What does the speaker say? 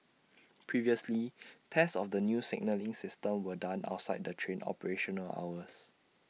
previously tests of the new signalling system were done outside the train operational hours